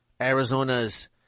Arizona's